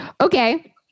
Okay